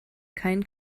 kein